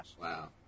Wow